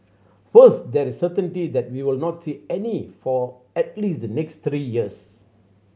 first there is certainty that we will not see any for at least the next three years